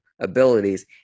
abilities